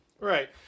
Right